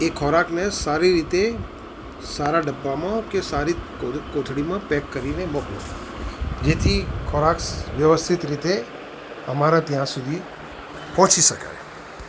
એ ખોરાકને સારી રીતે સારા ડબ્બામાં કે સારી કોથ કોથળીમાં પેક કરીને મોકલો જેથી ખોરાક વ્યવસ્થિત રીતે અમારા ત્યાં સુધી પહોંચી શકાય